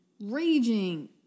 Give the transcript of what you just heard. raging